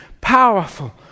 powerful